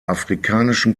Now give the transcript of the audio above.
afrikanischen